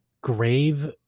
Grave